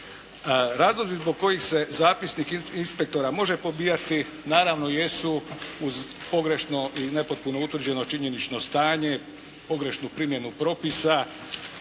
Razlozi zbog kojih se zapisnik inspektora može pobijati naravno jesu uz pogrešno i nepotpuno utvrđeno činjenično stanje, pogrešnu primjenu propisa